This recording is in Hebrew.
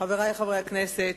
חברי חברי הכנסת,